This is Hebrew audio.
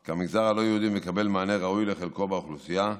כי המגזר הלא-יהודי מקבל מענה ראוי לחלקו באוכלוסייה,